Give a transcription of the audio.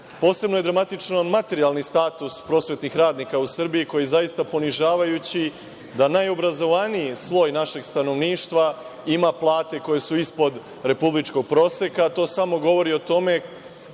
Posebno je dramatičan materijalni status prosvetnih radnika u Srbiji koji je zaista ponižavajući, najobrazovaniji sloj našeg stanovništva ima plate koje su ispod republičkog proseka. To samo govori o tome